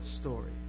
story